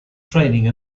training